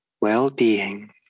well-being